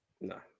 No